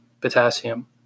potassium